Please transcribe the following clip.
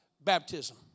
baptism